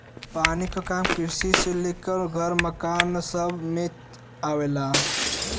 पानी क काम किरसी से लेके घर मकान सभ चीज में आवेला